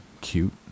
cute